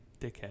dickhead